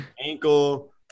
ankle